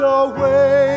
away